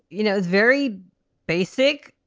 you know it's very basic.